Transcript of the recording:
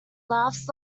laughs